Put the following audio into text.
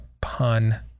pun